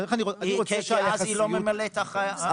כי אז היא לא ממלאת אחר הוראות החוק.